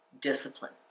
discipline